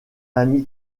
ami